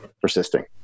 persisting